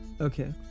okay